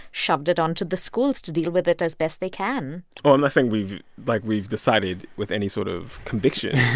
shoved it onto the schools to deal with it as best they can oh, i'm not ah saying we've like, we've decided with any sort of conviction.